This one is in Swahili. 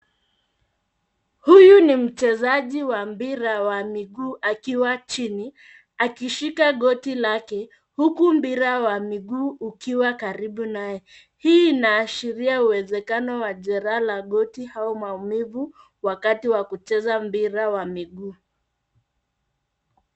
Huyu ni mchezaji wa mpira wa miguu akiwa chini akishika goti lake huku mpira wa miguu ukiwa karibu naye. Hii inaashiria uwezekano wa jeraha la goti au maumivu wakati wa kucheza mpira wa miguu.